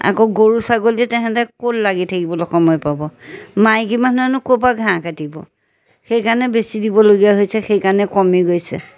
আকৌ গৰু ছাগলীয়ে তেহেঁতে ক'ত লাগি থাকিবলৈ সময় পাব মাইকী মানুহেনো ক'ৰপৰা ঘাঁহ কাটিব সেইকাৰণে বেছি দিবলগীয়া হৈছে সেইকাৰণে কমি গৈছে